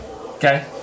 Okay